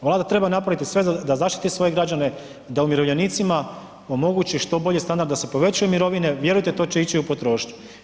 Vlada treba napraviti sve da zaštiti svoje građane, da umirovljenicima omogući što bolji standard da se povećaju mirovine, vjerujte to će ići u potrošnju.